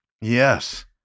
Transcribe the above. Yes